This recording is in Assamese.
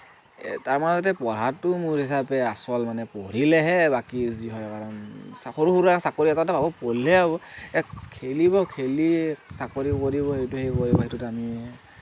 তাৰ মাজতে পঢ়াটোও মোৰ হিচাপে আচল মানে পঢ়িলেহে বাকী যি হয় কাৰণ চাকৰি ওলায় চাকৰি পঢ়িলেহে খেলিব খেলি চাকৰি কৰিব সেইটো হেৰি কৰিব সেইটোতো আমি